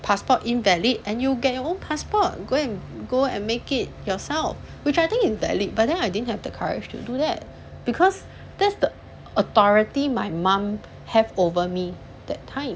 passport invalid and you'll get your own passport go and go and make it yourself which I think is valid but then I didn't have the courage to do that because that's the authority my mum have over me that time